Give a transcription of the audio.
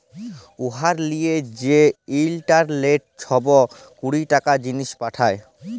উয়ার লিয়ে যে ইলটারলেটে ছব টাকা কড়ি, জিলিস পাঠায়